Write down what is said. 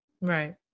right